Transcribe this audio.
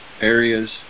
Areas